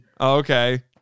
Okay